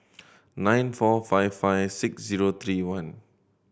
nine four five five six zero three one